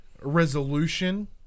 resolution